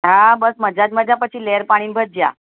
હા બસ મજા જ મજા પછી લહેર પાણી ને ભજીયા